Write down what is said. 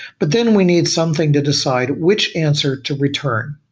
but then we need something to decide which answer to return,